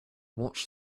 watched